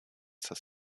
das